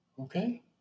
okay